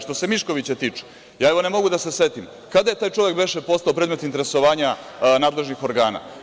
Što se Miškovića tiče, ne mogu da se setim kada je taj čovek, beše, postao predmet interesovanja nadležnih organa.